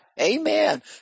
Amen